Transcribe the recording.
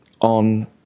on